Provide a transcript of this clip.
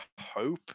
hope